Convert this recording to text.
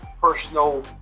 personal